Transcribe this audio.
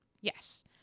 Yes